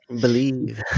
believe